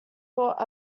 taught